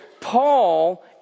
Paul